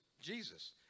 Jesus